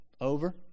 over